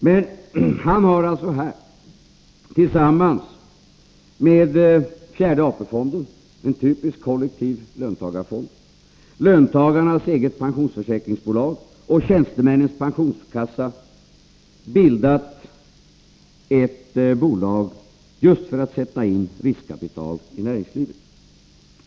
Men han har alltså tillsammans med fjärde AP-fonden, en typiskt kollektiv löntagarfond, löntagarnas eget pensionsförsäkringsbolag och tjänstemännens penionskassa bildat ett bolag just för att sätta in riskkapital i näringslivet.